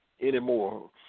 anymore